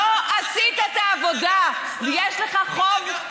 לא עשית את העבודה.